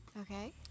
Okay